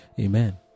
Amen